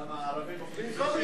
למה, הערבים אוכלים סושי?